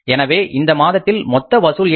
எனவே இந்த மாதத்தில் மொத்த வசூல் என்ன